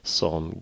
som